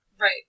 right